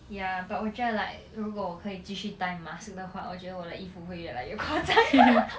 ya but 我觉得 like 如果我可以继续带 mask 的话我觉得我的衣服会越来越夸张